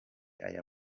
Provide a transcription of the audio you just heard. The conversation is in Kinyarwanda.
aya